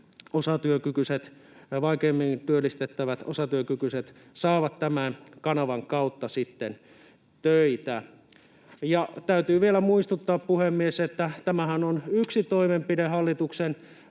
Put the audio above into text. töitä niin, että vaikeimmin työllistettävät osatyökykyiset saavat tämän kanavan kautta sitten töitä. Ja täytyy vielä muistuttaa, puhemies, että tämähän on yksi toimenpide hallituksen